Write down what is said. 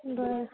बरं